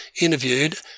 interviewed